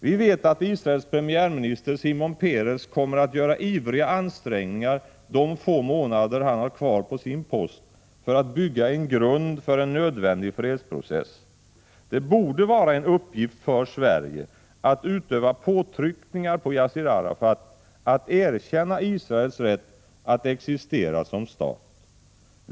Vi vet att Israels premiärminister Simon Peres kommer att göra ivriga ansträngningar de få månader han har kvar på sin post för att bygga en grund för en nödvändig fredsprocess. Det borde vara en uppgift för Sverige att utöva påtryckningar på Yassir Arafat att erkänna Israels rätt att existera som stat.